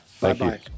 Bye-bye